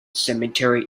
cemetery